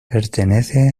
pertenece